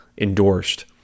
endorsed